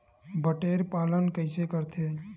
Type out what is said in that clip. बटेर पालन कइसे करथे?